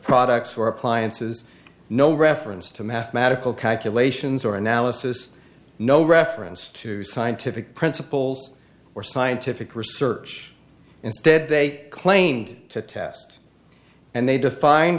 products or appliances no reference to mathematical calculations or analysis no reference to scientific principles or scientific research instead they claimed to test and they